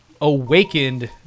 awakened